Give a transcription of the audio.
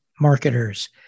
marketers